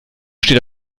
steht